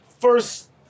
first